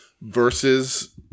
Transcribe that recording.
versus